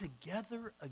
together